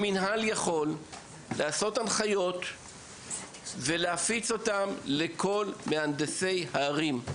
המינהל יכול לקבוע הנחיות ולהפיץ לכל מהנדסי הערים.